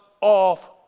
off